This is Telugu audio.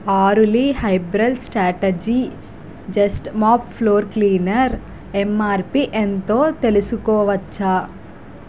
ఆరులీ herbal strategy just mop floor cleaner MRP ఎంతో తెలుసుకోవచ్చా